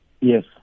Yes